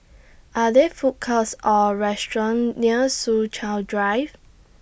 Are There Food Courts Or restaurants near Soo Chow Drive